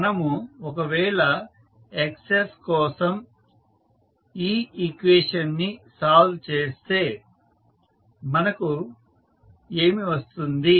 మనము ఒకవేళ Xs కోసం ఈ ఈక్వేషన్ ని సాల్వ్ చేస్తే మనకు ఏమి వస్తుంది